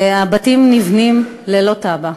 והבתים נבנים ללא תב"ע.